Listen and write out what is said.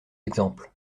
exemples